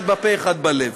אחד בפה, אחד בלב.